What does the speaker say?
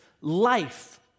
life